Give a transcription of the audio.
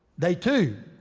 day two,